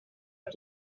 cab